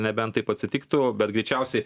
nebent taip atsitiktų bet greičiausiai